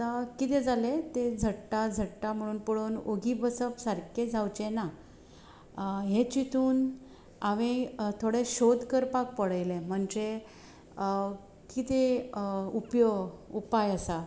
आतां कितें जाले ते झडटा झडटा म्हणून पळोवन ओगी बसप सारके जावचें ना हें चितून हांवें थोडे शोध करपाक पळयले म्हणजे कितें उपयोग उपाय आसा